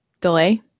delay